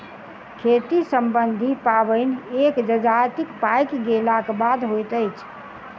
खेती सम्बन्धी पाबैन एक जजातिक पाकि गेलाक बादे होइत अछि